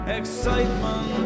excitement